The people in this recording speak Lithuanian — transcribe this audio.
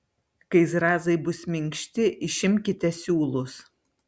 kai zrazai bus minkšti išimkite siūlus